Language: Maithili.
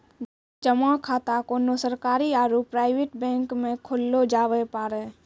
जमा खाता कोन्हो सरकारी आरू प्राइवेट बैंक मे खोल्लो जावै पारै